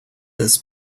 this